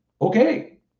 okay